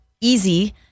easy